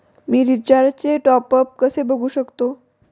मी रिचार्जचे टॉपअप कसे बघू शकतो?